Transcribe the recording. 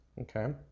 Okay